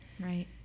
right